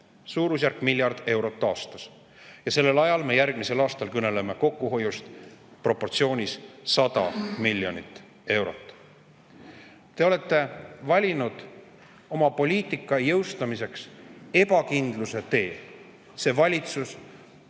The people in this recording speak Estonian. Suurusjärgus miljard eurot aastas! Ja samal ajal me kõneleme järgmisel aastal kokkuhoiust proportsioonis 100 miljonit eurot. Te olete valinud oma poliitika jõustamiseks ebakindluse tee. See valitsus